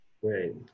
Great